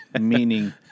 meaning